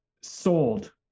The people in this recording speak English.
sold